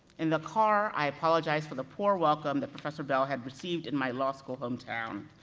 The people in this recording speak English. in the car, i apologized for the poor welcome that professor bell had received in my law school hometown,